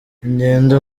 ingendo